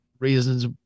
reasons